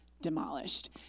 demolished